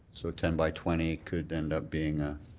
so a ten by twenty could end up being a